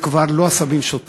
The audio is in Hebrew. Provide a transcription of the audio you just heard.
זה כבר לא עשבים שוטים,